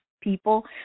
people